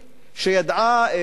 שידעה,